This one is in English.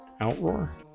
outroar